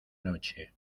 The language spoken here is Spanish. noche